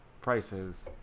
prices